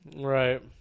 right